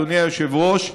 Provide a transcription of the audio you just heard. אדוני היושב-ראש,